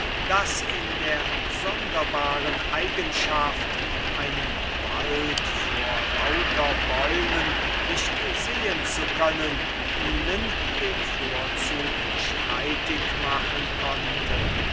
das in der sonderbaren eigenschaft den wald vor lauter bäumen nicht sehen zu können ihnen den vorzug streitig machen konnte